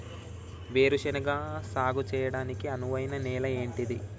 వేరు శనగ సాగు చేయడానికి అనువైన నేల ఏంటిది?